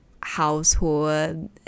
household